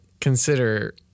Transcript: consider